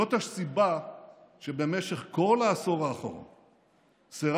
זאת הסיבה שבמשך כל העשור האחרון סירבתי,